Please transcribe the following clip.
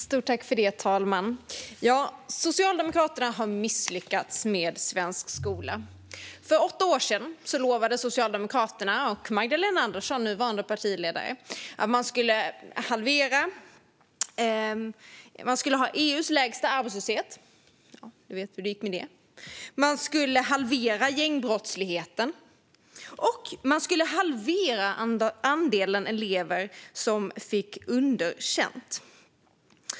Herr talman! Socialdemokraterna har misslyckats med svensk skola. För åtta år sedan lovade Socialdemokraterna och sedan Magdalena Andersson när hon var partiledare att man skulle ha EU:s lägsta arbetslöshet - vi vet hur det gick med det - man skulle halvera gängbrottsligheten och man skulle halvera andelen elever som fick underkänt.